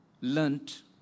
learnt